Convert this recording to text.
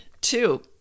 Two